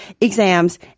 exams